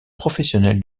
professionnel